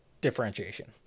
differentiation